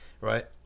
right